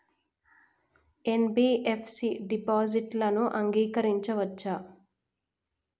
NBFC డిపాజిట్లను అంగీకరించవచ్చా?